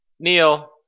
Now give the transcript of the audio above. Neil